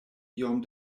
iom